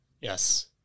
yes